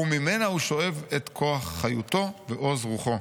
וממנה הוא שואב את כוח חיותו ועוז רוחו.